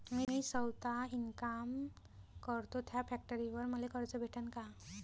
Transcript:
मी सौता इनकाम करतो थ्या फॅक्टरीवर मले कर्ज भेटन का?